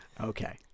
okay